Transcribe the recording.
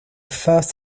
first